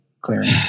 clearing